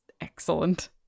excellent